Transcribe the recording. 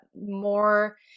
more